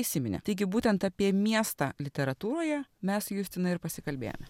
įsiminė taigi būtent apie miestą literatūroje mes su justina ir pasikalbėjome